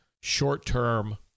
short-term